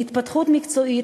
להתפתחות מקצועית,